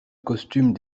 costume